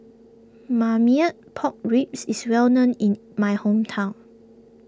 Marmite Pork Ribs is well known in my hometown